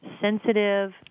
sensitive